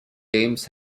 james